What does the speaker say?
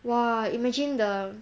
!wah! imagine the